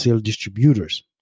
distributors